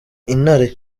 intare